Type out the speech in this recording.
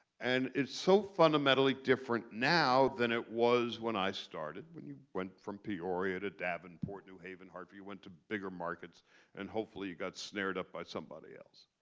and it's so fundamentally different now than it was when i started when you went from peoria to davenport, new haven, harvey. you went to bigger markets and hopefully you got snared up by somebody else.